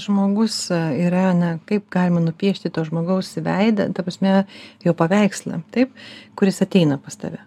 žmogus yra na kaip galima nupiešti to žmogaus veidą ta prasme jo paveikslą taip kuris ateina pas tave